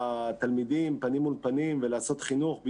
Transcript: התלמידים פנים מול פנים לעשות חינוך,